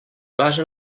basa